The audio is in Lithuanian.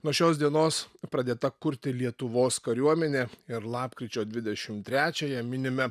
nuo šios dienos pradėta kurti lietuvos kariuomenė ir lapkričio dvidešim trečiąją minime